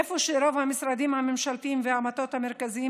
איפה שרוב המשרדים הממשלתיים והמטות המרכזיים